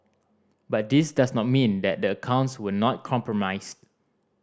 but this does not mean that the accounts were not compromised